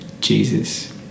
Jesus